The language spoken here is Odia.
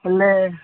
ହେଲେ